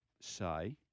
say